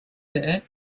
her